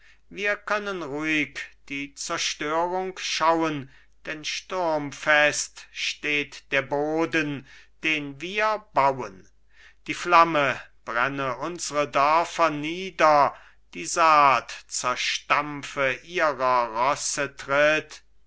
wir können ruhig die zerstörung schauen denn sturmfest steht der boden den wir bauen die flamme brenne unsre dörfer nieder die saat zerstampfe ihrer rosse tritt